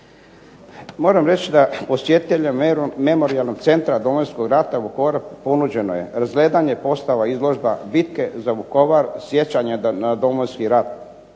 Moram reći da posjetitelju Memorijalnog centra Domovinskog rata u Vukovaru ponuđeno je razgledanje postava izložba bitke za Vukovar sjećanja na Domovinski rat,